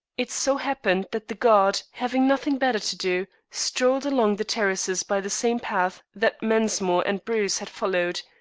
it so happened that the guard, having nothing better to do, strolled along the terraces by the same path that mensmore and bruce had followed.